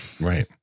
Right